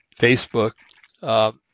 Facebook